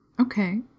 Okay